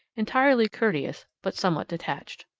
entirely courteous, but somewhat detached.